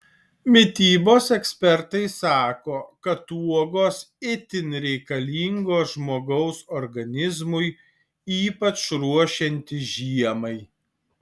mitybos ekspertai sako kad uogos itin reikalingos žmogaus organizmui ypač ruošiantis žiemai